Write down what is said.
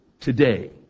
today